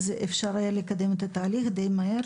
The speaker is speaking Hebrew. אז אפשר היה לקדם את התהליך דיי מהר